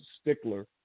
stickler